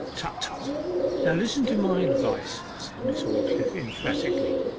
tut, tut! now listen to my advice said miss aldclyffe emphatically,